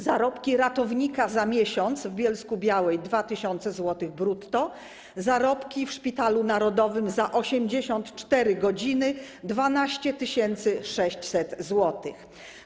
Zarobki ratownika za miesiąc w Bielsku-Białej - 2 tys. zł brutto, zarobki w Szpitalu Narodowym za 84 godziny - 12 600 zł.